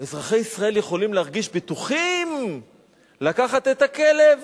אזרחי ישראל יכולים להרגיש בטוחים לקחת את הכלב